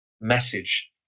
message